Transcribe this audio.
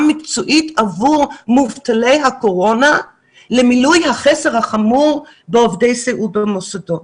מקצועית עבור מובטלי הקורונה למילוי החסר החמור בעובדי סיעוד במוסדות.